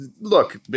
look